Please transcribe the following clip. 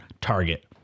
target